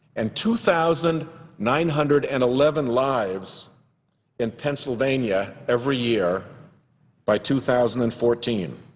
and two thousand nine hundred and eleven lives in pennsylvania every year by two thousand and fourteen.